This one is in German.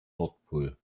nordpol